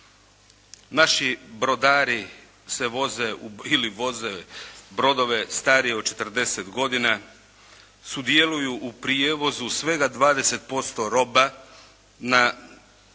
Naši brodari se voze ili voze brodove starije od 40 godina, sudjeluju u prijevozu svega 20% roba na